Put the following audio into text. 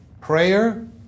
prayer